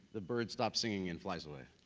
the bird stops singing and flies away.